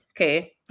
okay